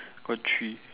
got three